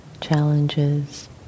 challenges